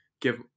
give